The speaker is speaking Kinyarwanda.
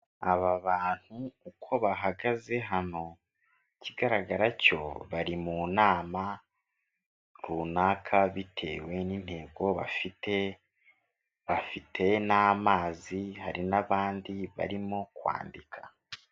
Aba bantu uko bahagaze hano ikigaragara cyo bari mu nama runaka bitewe n'intego bafite, bafite n'amazi hari n'abandi barimo kwandika.